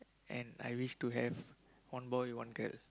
and I wish to have one boy one girl